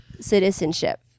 citizenship